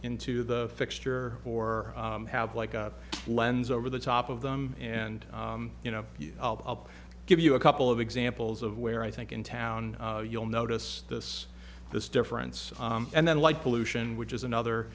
into the fixture for have like a lens over the top of them and you know i'll give you a couple of examples of where i think in town you'll notice this this difference and then like pollution which is another